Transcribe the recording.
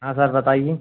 हाँ सर बताइए